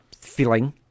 feeling